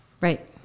right